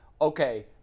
okay